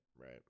Right